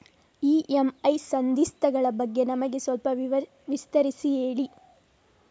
EMI ಸಂಧಿಸ್ತ ಗಳ ಬಗ್ಗೆ ನಮಗೆ ಸ್ವಲ್ಪ ವಿಸ್ತರಿಸಿ ಹೇಳಿ